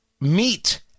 meat